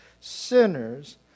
sinners